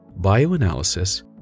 bioanalysis